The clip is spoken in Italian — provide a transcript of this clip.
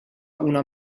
una